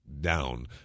down